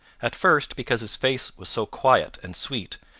at first, because his face was so quiet and sweet,